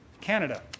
Canada